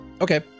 Okay